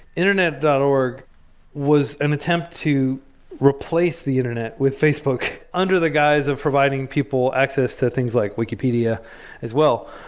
internet dot org was an attempt to replace the internet with facebook under the guise of providing people access to things like wikipedia as well.